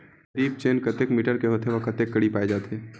जरीब चेन कतेक मीटर के होथे व कतेक कडी पाए जाथे?